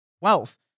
wealth